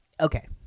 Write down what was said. Okay